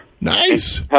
Nice